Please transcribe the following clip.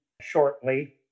shortly